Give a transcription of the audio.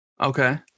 Okay